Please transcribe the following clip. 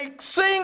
sing